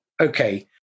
Okay